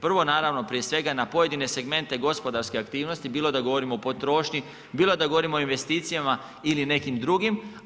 Prvo naravno prije svega na pojedine segmente gospodarske aktivnosti bilo da govorimo o potrošnji, bilo da govorimo o investicijama ili nekim drugim.